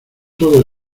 todo